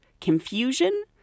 confusion